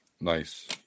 Nice